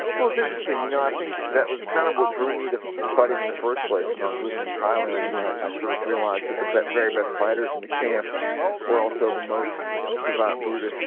well, it's interesting, you know, i think that was kind of what drew me to to fighting in the first place when i was living in thailand, and i i sort of realized that the but very best fighters in the camp were also the most divide buddha's,